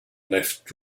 left